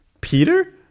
Peter